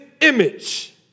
image